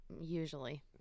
usually